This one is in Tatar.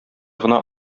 гына